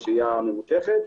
שהייה ממושכת.